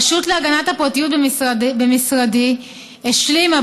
הרשות להגנת הפרטיות במשרדי השלימה